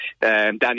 Danny